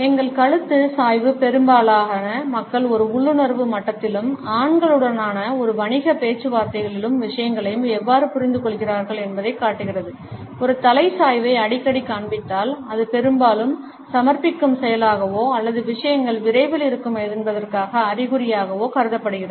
எங்கள் கழுத்து சாய்வு பெரும்பாலான மக்கள் ஒரு உள்ளுணர்வு மட்டத்திலும் ஆண்களுடனான ஒரு வணிக பேச்சுவார்த்தைகளிலும் விஷயங்களை எவ்வாறு புரிந்துகொள்கிறார்கள் என்பதைக் காட்டுகிறது ஒரு தலை சாய்வை அடிக்கடி காண்பித்தால் அது பெரும்பாலும் சமர்ப்பிக்கும் செயலாகவோ அல்லது விஷயங்கள் விரைவில் இருக்கும் என்பதற்கான அறிகுறியாகவோ கருதப்படுகிறது